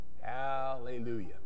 Hallelujah